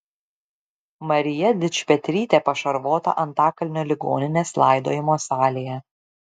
marija dičpetrytė pašarvota antakalnio ligoninės laidojimo salėje